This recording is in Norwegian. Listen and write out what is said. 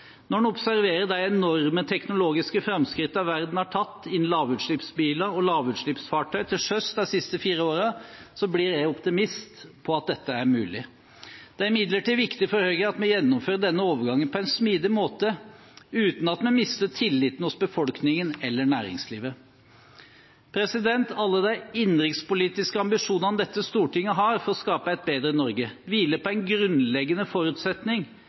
Når en observerer de enorme teknologiske framskrittene verden har tatt innenfor lavutslippsbiler og lavutslippsfartøy til sjøs de siste fire årene, blir jeg optimist med tanke på at dette er mulig. Det er imidlertid viktig for Høyre at vi gjennomfører denne overgangen på en smidig måte, uten at vi mister tilliten hos befolkningen eller næringslivet. Alle de innenrikspolitiske ambisjonene dette stortinget har for å skape et bedre Norge, hviler på en grunnleggende forutsetning